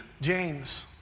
James